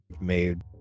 made